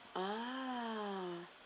ah